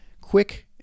quick